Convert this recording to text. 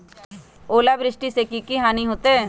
ओलावृष्टि से की की हानि होतै?